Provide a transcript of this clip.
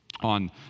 on